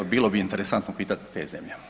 Bilo bi interesantno pitati te zemlje.